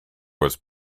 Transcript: was